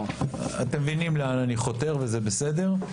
אתם מבינים לאן אני חותר, וזה בסדר.